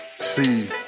see